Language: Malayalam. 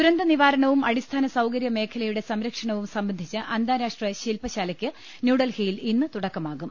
ദുരന്ത നിവാരണവും അടിസ്ഥാന സൌകര്യ മേഖലയുടെ സംരക്ഷണവും സംബന്ധിച്ച അന്താരാഷ്ട്ര ശില് പശാലയ് ക്ക് ന്യൂഡൽഹിയിൽ ഇന്ന് തുടക്കമാകും